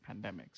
pandemics